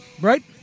Right